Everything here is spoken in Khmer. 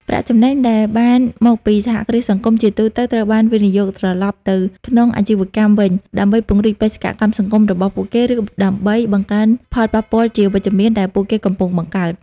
ប្រាក់ចំណេញដែលបានមកពីសហគ្រាសសង្គម ជាទូទៅត្រូវបាន វិនិយោគត្រឡប់ ទៅក្នុងអាជីវកម្មវិញ ដើម្បីពង្រីកបេសកកម្មសង្គមរបស់ពួកគេ ឬដើម្បីបង្កើនផលប៉ះពាល់ជាវិជ្ជមានដែលពួកគេកំពុងបង្កើត។